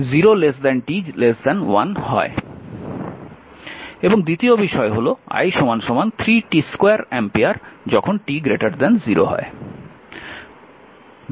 এবং দ্বিতীয় বিষয় হল i 3 t2 অ্যাম্পিয়ার যখন t 1 হয়